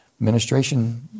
Administration